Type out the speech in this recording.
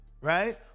right